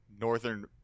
northern